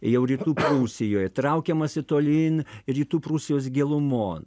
jau rytų prūsijoj traukiamasi tolyn rytų prūsijos gilumon